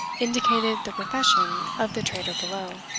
indicated the profession of the trader below.